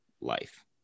life